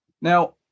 Now